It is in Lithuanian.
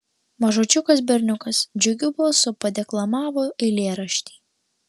mažučiukas berniukas džiugiu balsu padeklamavo eilėraštį